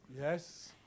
Yes